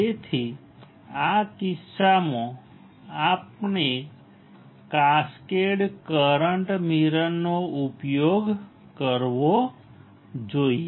તેથી આ કિસ્સામાં આપણે કાસ્કેડ કરંટ મિરરનો ઉપયોગ કરવો જોઈએ